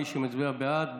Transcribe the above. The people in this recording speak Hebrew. מי שמצביע בעד,